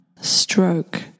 Stroke